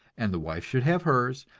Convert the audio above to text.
and the wife should have hers,